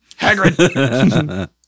Hagrid